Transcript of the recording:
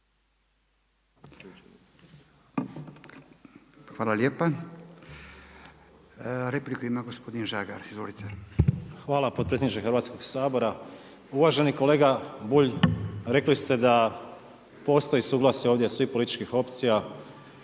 Tomislav (Nezavisni)** Hvala potpredsjedniče Hrvatskog sabora. Uvaženi kolega Bulj, rekli ste da postoji suglasje ovdje svih političkih opcija